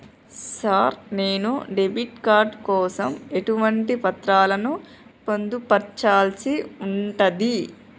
Sir నేను debit card కోసం ఎటువంటి పత్రాలను పొందుపర్చాల్సి ఉంటది?